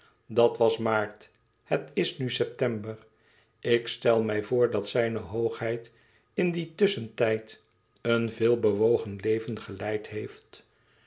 dat was maart het is nu september ik stel mij voor dat zijne hoogheid in dien tusschentijd een veel bewogen leven geleid heeft